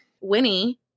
Winnie